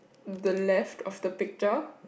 the left of the picture